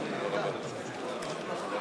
סיכום של סיעת מרצ: רוח